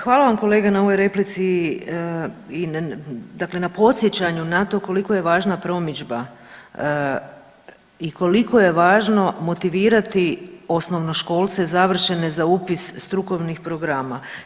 Hvala vam kolega na ovoj replici, dakle na podsjećanju na to koliko je važna promidžba i koliko je važno motivirati osnovnoškolce završene za upis strukovnih programa.